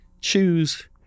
choose